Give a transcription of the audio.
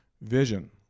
Vision